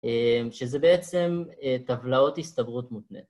שזה בעצם טבלאות הסתברות מותנית